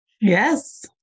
Yes